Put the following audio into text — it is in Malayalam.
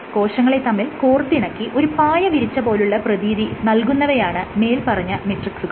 കോശങ്ങളെ തമ്മിൽ കോർത്തിണക്കി ഒരു പായ വിരിച്ച പോലുള്ള പ്രതീതി നൽകുന്നവയാണ് മേല്പറഞ്ഞ മെട്രിക്സുകൾ